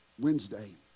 Wednesday